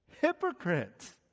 Hypocrites